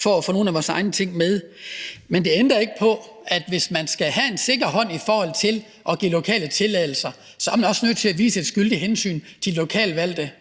for at få nogle af vores egne ting med. Men det ændrer ikke på, at hvis man skal have en sikker hånd i forhold til at give lokale tilladelser, så er man også nødt til at vise et skyldigt hensyn til de lokalvalgte,